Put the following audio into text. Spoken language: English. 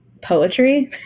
poetry